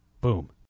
Boom